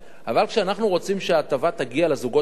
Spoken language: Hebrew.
אבל כשאנחנו רוצים שההטבה תגיע לזוגות הצעירים,